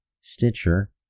Stitcher